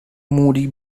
moody